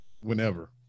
whenever